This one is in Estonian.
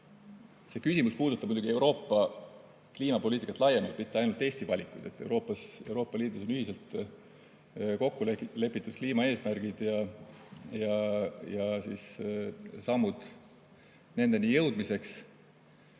See küsimus puudutab muidugi Euroopa kliimapoliitikat laiemalt, mitte ainult Eesti valikuid. Euroopas, Euroopa Liidus on ühiselt kokku lepitud kliimaeesmärgid ja sammud nendeni jõudmiseks.